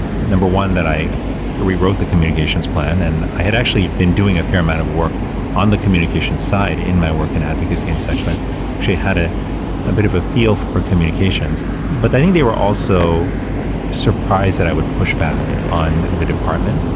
number one that i rewrote the communications plan and i had actually been doing a fair amount of work on the communication side in my work and advocacy and such, i've actually had ah a bit of a feel for communications but i think they were also surprised that i would push back on the department,